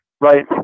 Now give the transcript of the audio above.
right